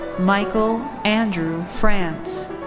michael andrew france.